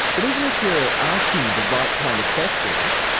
but even if you're asking the right kind of questions,